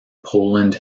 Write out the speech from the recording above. poland